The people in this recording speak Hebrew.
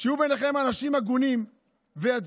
שיהיו ביניכם אנשים הגונים שיצביעו